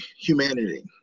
humanity